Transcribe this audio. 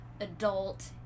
adult